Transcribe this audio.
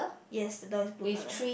yes the door is blue color